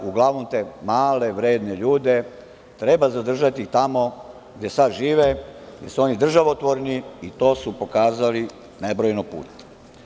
Uglavnom te male vredne ljude treba zadržati tamo gde sada žive, jer su oni državotvorni, i to su pokazali nebrojeno puta.